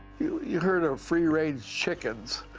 you you heard of free-range chickens.